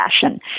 fashion